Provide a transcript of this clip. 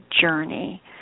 journey